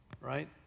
right